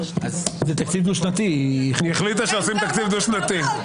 ירים את ידו.